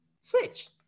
switch